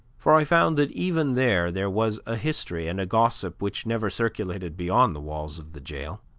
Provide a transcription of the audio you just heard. for i found that even there there was a history and a gossip which never circulated beyond the walls of the jail.